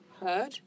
heard